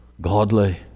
godly